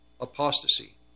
apostasy